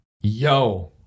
Yo